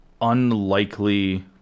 unlikely